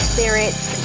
Spirits